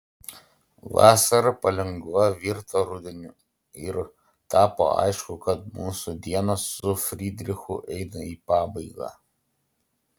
vasara palengva virto rudeniu ir tapo aišku kad mūsų dienos su fridrichu eina į pabaigą